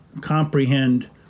comprehend